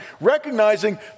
recognizing